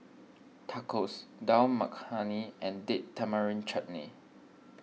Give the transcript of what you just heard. Tacos Dal Makhani and Date Tamarind Chutney